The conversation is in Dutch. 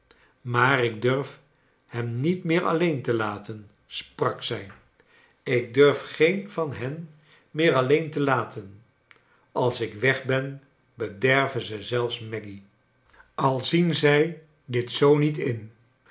maar ik durf hem niet meer alleen laten sprak zij ik durf geen van hen meer alleen laten als ik weg ben bederven ze zelfs maggy al zien zij dit zoo niet in